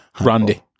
Randy